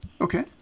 Okay